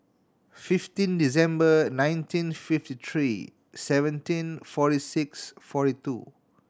fifteen December nineteen fifty three seventeen forty six forty two